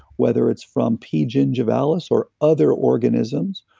whether it's from p. gingivalis, or other organisms,